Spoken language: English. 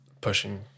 pushing